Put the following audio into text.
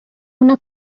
una